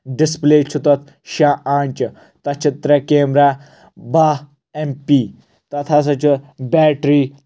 display چھُ تتھ شےٚ آنچہِ تتھ چھِ ترٛےٚ کیمرہ بہہ ایٚم پی تتھ ہسا چھُ بیٹری